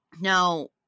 Now